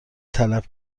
طلب